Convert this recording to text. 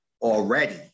already